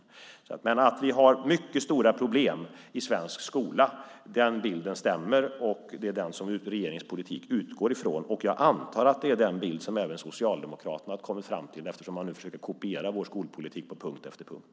Bilden att vi har mycket stora problem i svensk skola stämmer och är den som regeringens politik utgår ifrån, och jag antar att det är den bild som även Socialdemokraterna har kommit fram till, eftersom man nu försöker kopiera vår skolpolitik på punkt efter punkt.